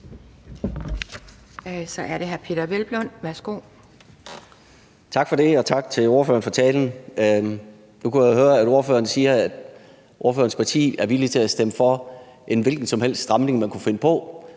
Kl. 12:05 Peder Hvelplund (EL): Tak for det. Og tak til ordføreren for talen. Nu kunne jeg høre, at ordføreren siger, at ordførerens parti er villig til at stemme for en hvilken som helst stramning, man kunne finde på,